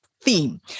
theme